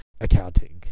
accounting